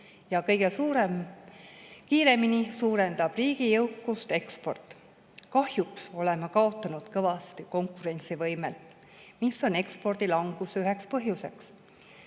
kõige kiiremini suurendab riigi jõukust eksport. Kahjuks oleme kaotanud kõvasti konkurentsivõimet, mis on ekspordi languse üheks põhjuseks.